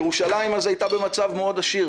ירושלים הייתה אז עשירה.